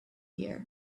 here